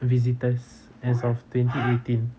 visitors as of twenty eighteen